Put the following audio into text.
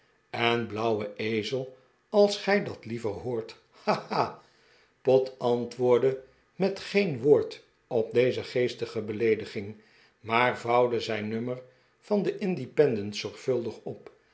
en blauwe ezel als gij dat liever hoort ha ha pott antwoordde met geen woord op deze geestige beleediging maar vouwde zijn nummer van den independent zorgvuldig op